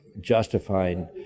justifying